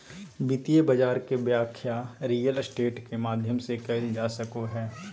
वित्तीय बाजार के व्याख्या रियल स्टेट के माध्यम से कईल जा सको हइ